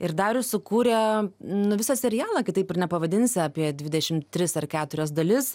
ir darius sukūrė nu visą serialą kitaip ir nepavadinsi apie dvidešim tris ar keturias dalis